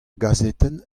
gazetenn